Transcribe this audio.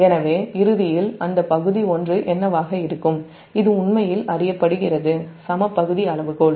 எனவே இறுதியில் அந்த பகுதி 1 என்னவாக இருக்கும் இது உண்மையில் அறியப்படுகிறது சம பகுதி அளவுகோல்